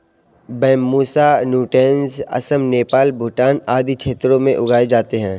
Bambusa nutans Assam, Nepal, Bhutan आदि क्षेत्रों में उगाए जाते है